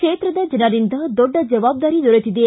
ಕ್ಷೇತ್ರದ ಜನರಿಂದ ದೊಡ್ಡ ಬವಾಬ್ದಾರಿ ದೊರೆತಿದೆ